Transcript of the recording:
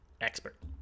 expert